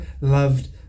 loved